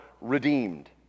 redeemed